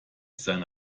seine